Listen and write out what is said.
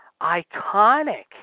iconic